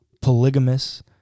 polygamous